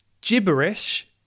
gibberish